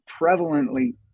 prevalently